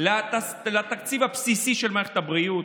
לתקציב הבסיסי של מערכת הבריאות,